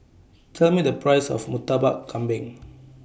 Tell Me The Price of Murtabak Kambing